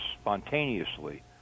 spontaneously